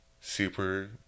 super